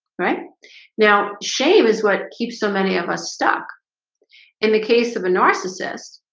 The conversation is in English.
right now shave is what keeps so many of us stuck in the case of a narcissist